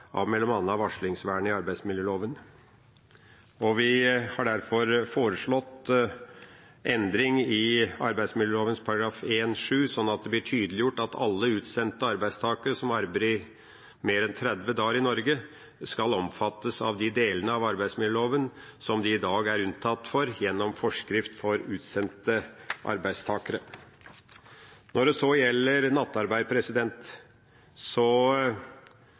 av bl.a. varslingsvernet i arbeidsmiljøloven. Vi har derfor foreslått en endring i arbeidsmiljøloven § 1-7 sånn at det blir tydeliggjort at alle utsendte arbeidstakere som arbeider i mer enn 30 dager i Norge, skal omfattes av de delene av arbeidsmiljøloven som de i dag er unntatt for gjennom forskrift for utsendte arbeidstakere. Når det gjelder nattarbeid,